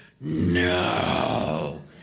no